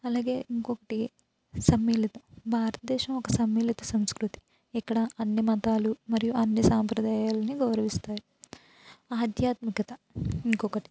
అలగే ఇంకొకటి సమ్మేళిత భారతదేశం ఒక సమ్మేళిత సంస్కృతి ఇక్కడా అన్ని మతాలు మరియు అన్ని సాంప్రదాయాలిని గౌరవిస్తాయి ఆధ్యాత్మికత ఇంకొకటి